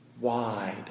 wide